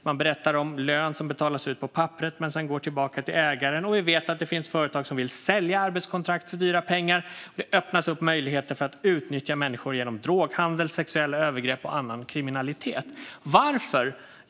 Man berättar om lön som betalas ut på papperet men som sedan går tillbaka till ägaren. Vi vet också att det finns företag som vill sälja arbetskontrakt för dyra pengar. Det öppnas upp möjligheter att utnyttja människor genom droghandel, sexuella övergrepp och annan kriminalitet. Varför?